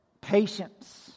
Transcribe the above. Patience